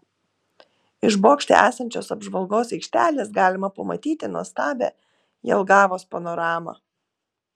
iš bokšte esančios apžvalgos aikštelės galima pamatyti nuostabią jelgavos panoramą